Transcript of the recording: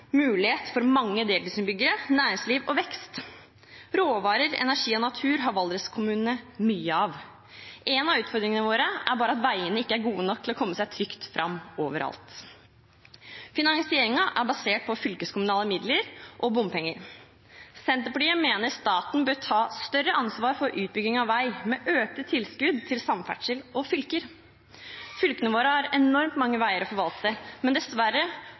mulighet for mange deltidsinnbyggere, for næringsliv og vekst. Råvarer, energi og natur har Valdres-kommunene mye av. En av utfordringene våre er bare at veiene våre ikke er gode nok til å komme seg trygt fram overalt. Finansieringen er basert på fylkeskommunale midler og bompenger. Senterpartiet mener staten bør ta større ansvar for utbygging av vei, med økte tilskudd til samferdsel og fylker. Fylkene våre har enormt mange veier å forvalte, men dessverre